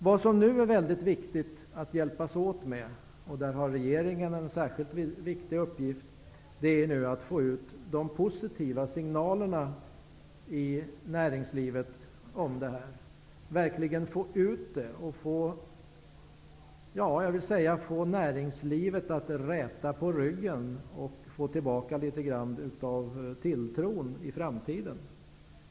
Det är nu mycket viktigt att hjälpas åt -- och där har regeringen en mycket väsentlig uppgift -- med att verkligen få ut de positiva signalerna om det här till näringslivet, så att näringslivet kan räta på ryggen och få tillbaka litet grand av tilltron till framtiden.